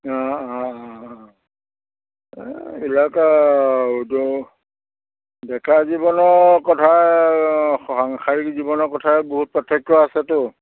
অঁ অঁ অঁ এইবিলাক আৰুতো ডেকা জীৱনৰ কথা সাংসাৰিক জীৱনৰ কথাই বহুত পাৰ্থক্য আছেতো